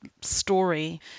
story